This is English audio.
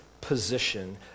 position